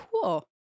cool